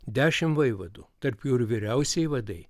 dešim vaivadų tarp jų ir vyriausieji vadai